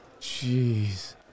Jeez